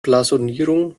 blasonierung